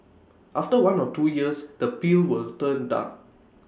after one or two years the peel will turn dark